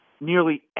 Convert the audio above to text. nearly